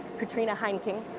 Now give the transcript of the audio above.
katrina heineking,